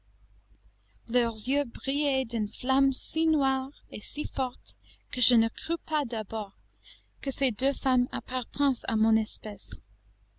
leurs yeux brillaient d'une flamme si noire et si forte que je ne crus pas d'abord que ces deux femmes appartinssent à mon espèce